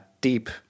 deep